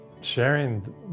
sharing